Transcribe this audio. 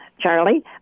Charlie